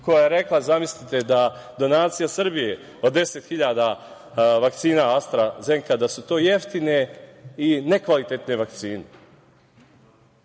koja je rekla, zamislite, da donacija Srbije od 10 hiljada vakcina „Astra Zeneka“ da su to jeftine i nekvalitetne vakcine.